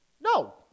No